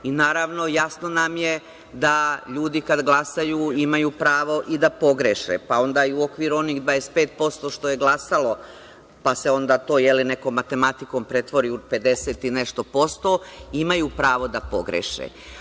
Naravno, jasno nam je da ljudi kad glasaju imaju pravo i da pogreše, pa onda i u okviru onih 25% što je glasalo, pa se onda to nekom matematikom pretvori u 50 i nešto %, imaju pravo da pogreše.